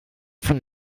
von